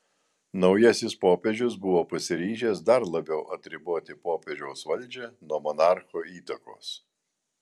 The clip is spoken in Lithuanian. naujasis popiežius buvo pasiryžęs dar labiau atriboti popiežiaus valdžią nuo monarcho įtakos